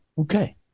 Okay